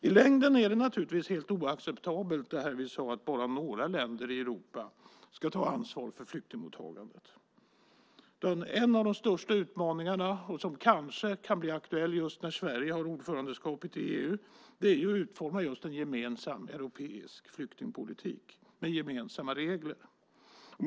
I längden är det naturligtvis helt oacceptabelt att säga att bara några länder i Europa ska ta ansvar för flyktingmottagandet. En av de största utmaningarna, som kanske kan bli aktuell just när Sverige har ordförandeskapet i EU, är att utforma en gemensam europeisk flyktingpolitik med gemensamma regler.